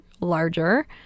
larger